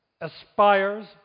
aspires